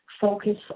focus